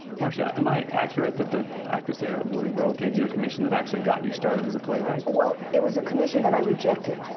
marsha, am i accurate that the actors theatre of louisville gave you a commission that actually got you started as a playwright? well, it was a commission that i rejected.